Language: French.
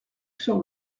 sur